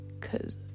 cause